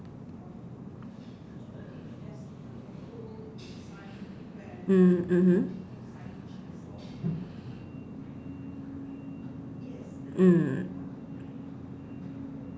mm mmhmm mm